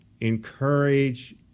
encourage